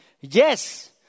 Yes